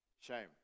Shame